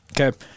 Okay